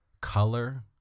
color